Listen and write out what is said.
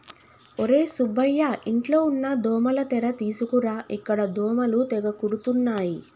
ఒర్రే సుబ్బయ్య ఇంట్లో ఉన్న దోమల తెర తీసుకురా ఇక్కడ దోమలు తెగ కుడుతున్నాయి